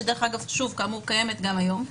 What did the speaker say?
שדרך אגב קיימת גם היום כאמור,